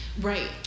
Right